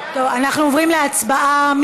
אנחנו עוברים להצבעה.